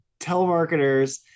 telemarketers